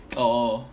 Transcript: oh